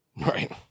Right